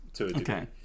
Okay